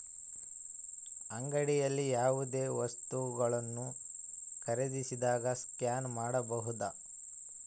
ಅಂಗಡಿಯಲ್ಲಿ ಯಾವುದೇ ವಸ್ತುಗಳನ್ನು ಖರೇದಿಸಿದಾಗ ಸ್ಕ್ಯಾನ್ ಮಾಡಬಹುದಾ?